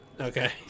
Okay